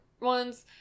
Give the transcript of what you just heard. ones